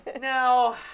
now